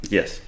Yes